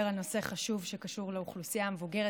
על נושא חשוב שקשור לאוכלוסייה המבוגרת,